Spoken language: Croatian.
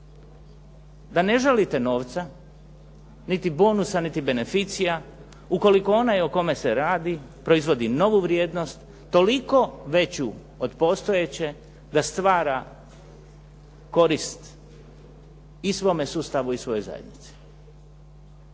da ne žalite novca, niti bonusa, niti beneficija ukoliko onaj o kome se radi proizvodi novu vrijednost toliko veću od postojeće, da stvara korist i svome sustavu i svojoj zajednici.